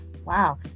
wow